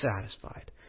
satisfied